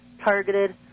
targeted